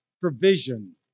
provision